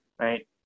right